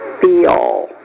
feel